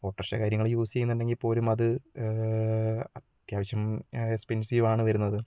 autorickshaw കാര്യങ്ങൾ use ചെയ്യുന്നുണ്ടെങ്കിൽ പോലും അത് അത്യാവശ്യം എക്സ്പെൻസീവാണ് വരുന്നത്